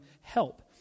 help